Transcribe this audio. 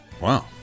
Wow